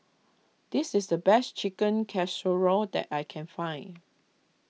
this is the best Chicken Casserole that I can find